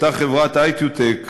אותה חברת "אי.קיו.טק",